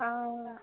ಹಾಂ